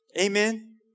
Amen